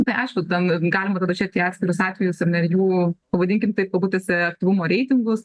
tai aišku ten galima tada žiūrėt į atskirus atvejus ir ne jų pavadinkim taip kabutėse aktyvumo reitingus